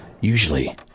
Usually